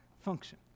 function